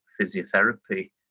physiotherapy